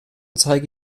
zeige